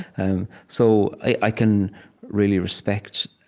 and so i can really respect,